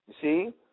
see